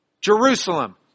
Jerusalem